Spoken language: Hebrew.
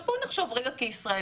עכשיו בואו נחשוב רגע כישראליות.